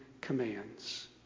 commands